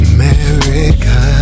America